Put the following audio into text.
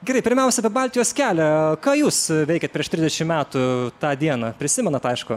gerai pirmiausia apie baltijos kelią ką jūs veikėt prieš trisdešim metų tą dieną prisimenat aišku